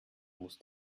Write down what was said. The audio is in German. muss